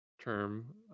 term